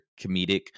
comedic